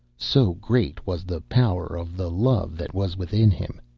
so great was the power of the love that was within him.